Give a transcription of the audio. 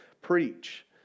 preach